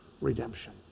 redemption